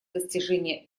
достижение